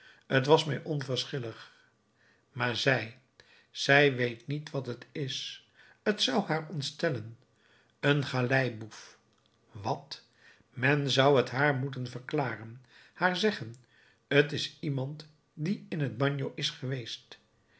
t was mij onverschillig maar zij zij weet niet wat het is t zou haar ontstellen een galeiboef wat men zou het haar moeten verklaren haar zeggen t is iemand die in het bagno is geweest